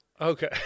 Okay